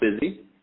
busy